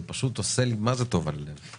זה פשוט עושה לי מה זה טוב על הלב.